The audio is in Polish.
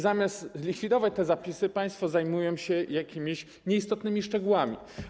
Zamiast zlikwidować te zapisy, państwo zajmują się jakimiś nieistotnymi szczegółami.